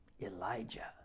Elijah